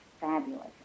fabulous